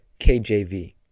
kjv